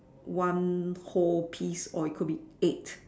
one whole piece or it could be eight